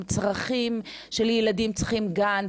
עם צרכים של ילדים שצריכים גן,